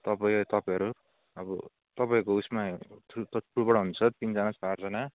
तपाईँ तपाईँहरू अब तपाईँहरूको उइसमा थ्रू थ्रूबाट हुन्छ तिनजना चारजना